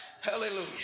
hallelujah